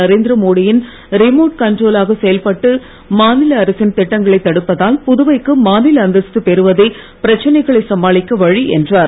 நரேந்திரமோடி யின் ரிமோட் கண்ட்ரோலாக செயல்பட்டு மாநில அரசின் திட்டங்களை தடுப்பதால் புதுவைக்கு மாநில அந்தஸ்து பெறுவதே பிரச்னைகளை சமாளிக்க வழி என்றார்